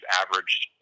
averaged